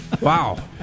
Wow